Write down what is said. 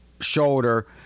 shoulder